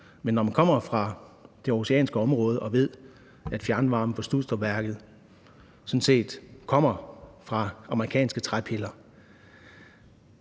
Men når man kommer fra det aarhusianske område og ved, at fjernvarme fra Studstrupværket sådan set kommer fra amerikanske træpiller,